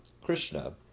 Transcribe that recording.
Krishna